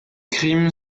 crimes